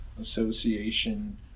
Association